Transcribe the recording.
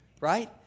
right